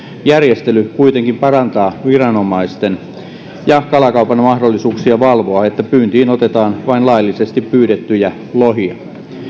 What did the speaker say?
järjestely kuitenkin parantaa viranomaisten ja kalakaupan mahdollisuuksia valvoa että pyyntiin otetaan vain laillisesti pyydettyjä lohia